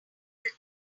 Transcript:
that